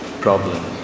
problem